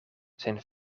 zijn